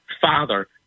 Father